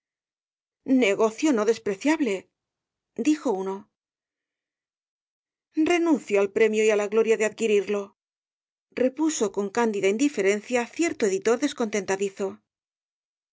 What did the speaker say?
negocio no despreciable dijo uno renuncio al premio y á la gloria de adquirirlo repuso con candida indiferencia cierto editor descontentadizo